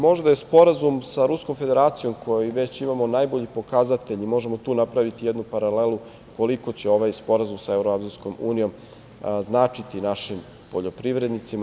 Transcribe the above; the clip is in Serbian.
Možda je Sporazum sa Ruskom Federacijom koji već imamo najbolji pokazatelj, i možemo tu napraviti jednu paralelu, koliko će ovaj sporazum sa Evroazijskom unijom značiti našim poljoprivrednicima.